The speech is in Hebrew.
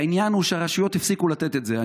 העניין הוא שהרשויות הפסיקו לתת את זה.